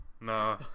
Nah